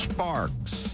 Sparks